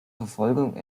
verfolgung